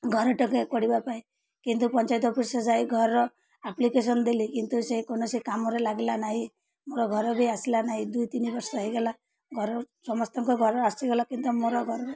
ଘରଟେ ପଡ଼ିବା ପାଇଁ କିନ୍ତୁ ପଞ୍ଚାୟତ ଅଫିସ୍ ଯାଇ ଘରର ଆପ୍ଲିକେସନ୍ ଦେଲି କିନ୍ତୁ ସେ କୌଣସି କାମରେ ଲାଗିଲା ନାହିଁ ମୋର ଘର ବି ଆସିଲା ନାହିଁ ଦୁଇ ତିନି ବର୍ଷ ହେଇଗଲା ଘର ସମସ୍ତଙ୍କ ଘର ଆସିଗଲା କିନ୍ତୁ ମୋର ଘରର